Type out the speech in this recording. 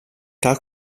cal